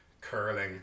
Curling